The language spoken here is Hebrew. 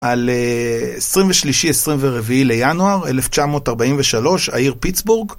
על 23-24 לינואר, 1943, העיר פיטסבורג.